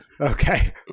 Okay